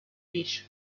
niche